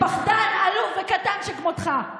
פחדן עלוב וקטן שכמותך.